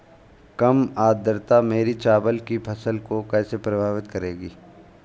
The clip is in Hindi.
कम आर्द्रता मेरी चावल की फसल को कैसे प्रभावित करेगी?